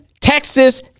Texas